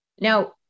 Now